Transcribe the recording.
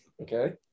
Okay